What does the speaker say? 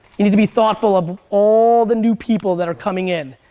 you need to be thoughtful of all the new people that are coming in.